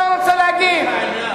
זה העניין.